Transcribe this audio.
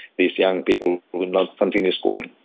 these young people will not continue schooling.